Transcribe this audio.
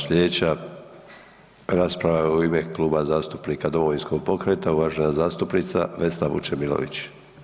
Slijedeća rasprava je u ime Kluba zastupnika Domovinskog pokreta, uvažena zastupnica Vesna Vučemilović.